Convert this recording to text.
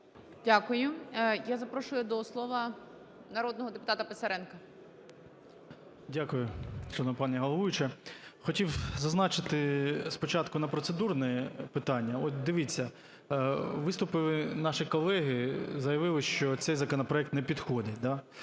Дякую. Я запрошую до слова народного депутата Писаренка. 13:09:53 ПИСАРЕНКО В.В. Дякую, шановна пані головуюча. Хотів зазначити спочатку на процедурні питання. От, дивіться, виступили наші колеги, заявили, що цей законопроект не підходить,